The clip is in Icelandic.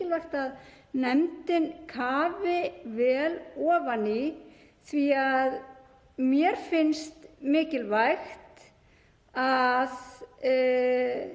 mikilvægt að nefndin kafi vel ofan í því að mér finnst mikilvægt að